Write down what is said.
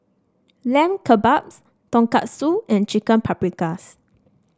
Lamb Kebabs Tonkatsu and Chicken Paprikas